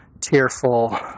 tearful